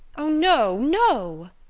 oh, no no!